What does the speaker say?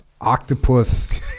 octopus